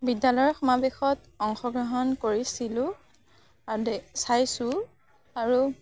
বিদ্যালয়ৰ সমাৱেশত অংশগ্ৰহণ কৰিছিলোঁ আৰু চাইছোঁ আৰু